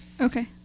Okay